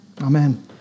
Amen